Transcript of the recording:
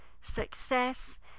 success